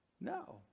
No